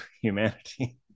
humanity